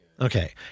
Okay